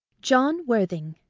john worthing,